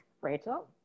Rachel